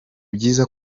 byiza